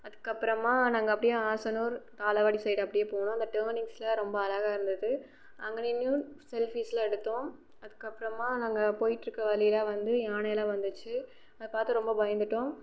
அதுக்கு அப்புறமா நாங்கள் அப்படியே ஆசனூர் ஆலவாடி சைட் அப்படியே போனோம் அந்த டர்னிங்ஸ்ல்லாம் ரொம்ப அழகாக இருந்தது அங்கே நின்றும் செல்ஃபிஸ்ல்லாம் எடுத்தோம் அதுக்கு அப்புறமா நாங்கள் போயிகிட்ருக்க வழியில் வந்து யானையெல்லாம் வந்துச்சு அதை பார்த்து ரொம்ப பயந்துவிட்டோம்